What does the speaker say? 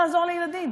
לעזור לילדים.